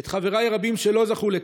את חבריי הרבים שלא זכו לכך.